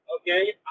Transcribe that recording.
Okay